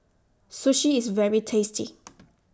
Sushi IS very tasty